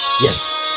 Yes